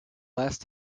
last